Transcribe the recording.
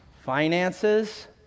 finances